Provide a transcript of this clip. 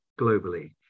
globally